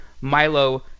Milo